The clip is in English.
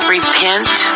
Repent